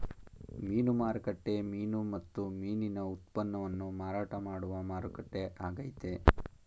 ಮೀನು ಮಾರುಕಟ್ಟೆ ಮೀನು ಮತ್ತು ಮೀನಿನ ಉತ್ಪನ್ನವನ್ನು ಮಾರಾಟ ಮಾಡುವ ಮಾರುಕಟ್ಟೆ ಆಗೈತೆ